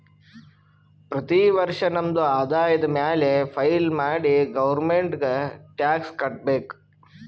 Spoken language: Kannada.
ಪ್ರತಿ ವರ್ಷ ನಮ್ದು ಆದಾಯ ಮ್ಯಾಲ ಫೈಲ್ ಮಾಡಿ ಗೌರ್ಮೆಂಟ್ಗ್ ಟ್ಯಾಕ್ಸ್ ಕಟ್ಬೇಕ್